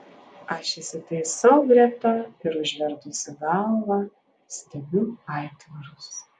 aš įsitaisau greta ir užvertusi galvą stebiu aitvarus